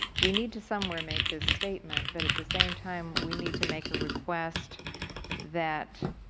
we need to somewhere make this statement that at the same time we need to make a request that